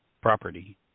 property